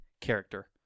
character